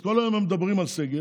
אז כל היום הם מדברים על סגר,